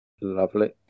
Lovely